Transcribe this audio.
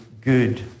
good